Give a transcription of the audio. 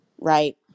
right